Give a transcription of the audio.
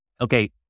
okay